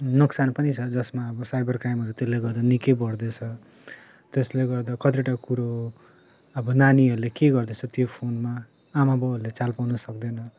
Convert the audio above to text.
नोक्सान पनि छ जसमा अब साइबर क्राइमहरू त्यसले गर्दा निक्कै बड्दैछ त्यसले गर्दा कतिवटा कुरो अब नानीहरूले के गर्दै छ त्यो फोनमा आमा बाउहरूले चाल पाउनु सक्दैन